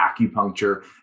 acupuncture